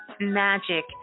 magic